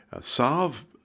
solve